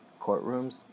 courtrooms